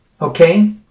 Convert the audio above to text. Okay